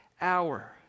hour